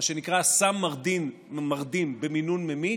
מה שנקרא, סם מרדים במינון ממית,